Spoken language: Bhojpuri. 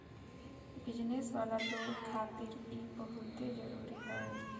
बिजनेस वाला लोग खातिर इ बहुते जरुरी हवे